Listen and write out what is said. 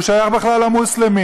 הוא שייך בכלל למוסלמים.